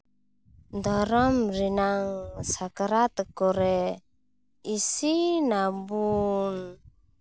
ᱫᱟᱨᱟᱢ ᱨᱮᱱᱟᱝ ᱥᱟᱠᱨᱟᱛ ᱠᱚᱨᱮ ᱤᱥᱤᱱᱟᱵᱚᱱ